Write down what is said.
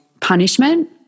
punishment